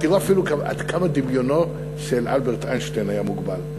תראו עד כמה דמיונו של אלברט איינשטיין היה מוגבל.